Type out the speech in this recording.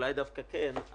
אולי דווקא כן.